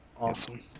Awesome